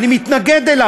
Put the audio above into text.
אני מתנגד לו.